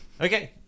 Okay